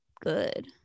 good